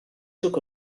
took